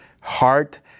heart